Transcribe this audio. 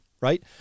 right